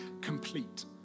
complete